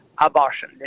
abortion